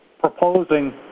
proposing